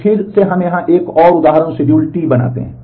तो फिर से हम यहां एक और उदाहरण शेड्यूल T बनाते हैं